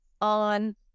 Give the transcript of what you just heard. on